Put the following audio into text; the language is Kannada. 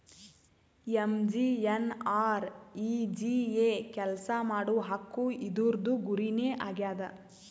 ಎಮ್.ಜಿ.ಎನ್.ಆರ್.ಈ.ಜಿ.ಎ ಕೆಲ್ಸಾ ಮಾಡುವ ಹಕ್ಕು ಇದೂರ್ದು ಗುರಿ ನೇ ಆಗ್ಯದ